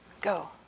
go